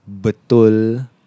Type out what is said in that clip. betul